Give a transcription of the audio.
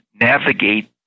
navigate